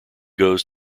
goes